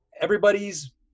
everybody's